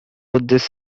buddhist